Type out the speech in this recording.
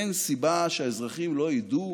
אין סיבה שהאזרחים לא ידעו